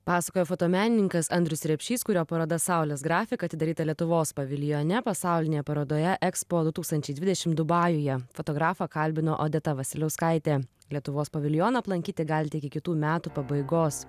pasakojo fotomenininkas andrius repšys kurio paroda saulės grafika atidaryta lietuvos paviljone pasaulinėje parodoje ekspo du tūkstančiai dvidešim dubajuje fotografą kalbino odeta vasiliauskaitė lietuvos paviljoną aplankyti galite iki kitų metų pabaigos